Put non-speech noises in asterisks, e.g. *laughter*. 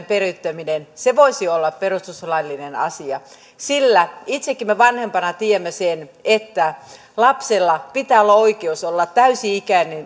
*unintelligible* periyttäminen voisi olla perustuslaillinen asia sillä itsekin me vanhempina tiedämme sen että lapsella pitää olla oikeus olla täysi ikäinen